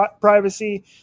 privacy